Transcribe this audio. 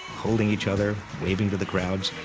holding each other, waving to the crowds.